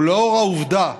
ולאור העובדה